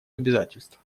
обязательств